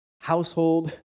household